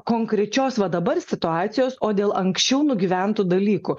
konkrečios va dabar situacijos o dėl anksčiau nugyventų dalykų